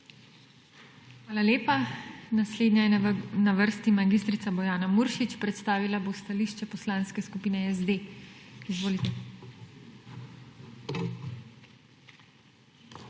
Hvala lepa. Naslednja je na vrsti mag. Bojana Muršič, ki bo predstavila stališče Poslanske skupine SD. Izvolite.